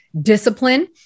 discipline